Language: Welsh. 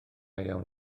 iawn